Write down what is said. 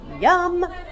Yum